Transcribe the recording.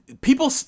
people